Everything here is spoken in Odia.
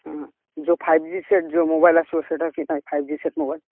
ଯେଉଁ ଫାଇଭ ଜି ସେଟ ଯେଉଁ ମୋବାଇଲ ଆସିବ ସେଇଟା କି ନାହିଁ ଫାଇଭ ଜି ସେଟ ମୋବାଇଲ